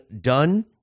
done